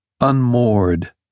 unmoored